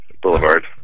Boulevard